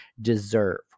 deserve